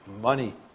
money